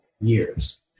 years